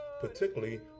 particularly